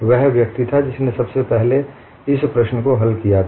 वह व्यक्ति था जिसने सबसे पहले इस प्रश्न को हल किया था